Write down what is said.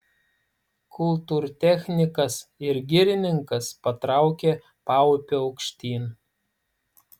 kultūrtechnikas ir girininkas patraukė paupiu aukštyn